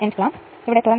5 ampere ലഭിക്കും